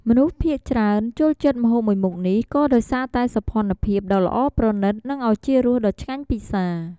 មនុស្សភាគច្រើនចូលចិត្តម្ហូបមួយមុខនេះ ក៏ដោយសារតែសោភណ្ឌភាពដ៏ល្អប្រណីត និងឱជារសដ៏ឆ្ងាញ់ពិសារ។